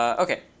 ok,